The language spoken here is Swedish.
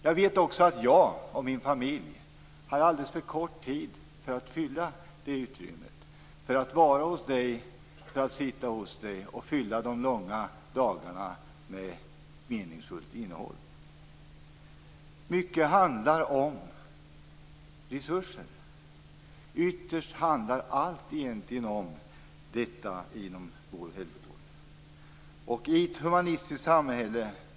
Jag vet också att jag och min familj har alldeles för litet tid för att fylla det utrymmet, för att vara hos dig, sitta hos dig och för att fylla de långa dagarna med meningsfullt innehåll. Mycket handlar om resurser. Ytterst handlar allt egentligen om detta inom äldrevården.